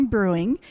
Brewing